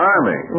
Army